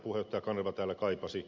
kanerva täällä kaipasi